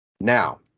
Now